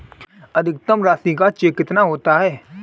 अधिकतम राशि का चेक कितना होता है?